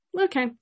okay